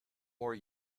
more